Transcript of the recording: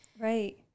right